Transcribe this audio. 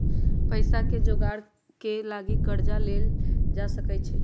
पइसाके जोगार के लागी कर्जा लेल जा सकइ छै